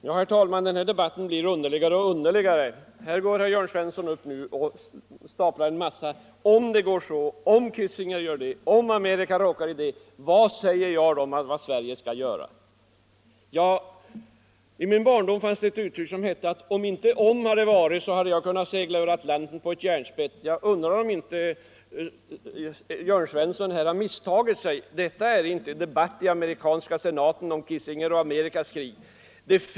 Herr talman! Denna debatt blir underligare och underligare. Här går herr Svensson i Malmö upp och staplar en mängd ”om” på varandra: om det går så, om Kissinger gör det, om Amerika råkar i krig, vad säger herr Svanberg då att Sverige skall göra? I min barndom fanns det ett uttryck som sade: Om inte om hade varit hade jag kunnat segla över Atlanten på ett järnspett. Jag undrar om inte Jörn Svensson har misstagit sig; detta är inte en debatt om Kissinger i amerikanska senaten eller en debatt om Amerikas krig.